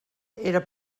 era